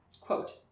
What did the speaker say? Quote